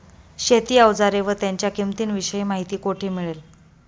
शेती औजारे व त्यांच्या किंमतीविषयी माहिती कोठे मिळेल?